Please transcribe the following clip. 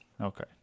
Okay